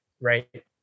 right